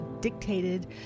dictated